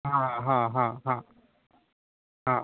हां हां हां हां हां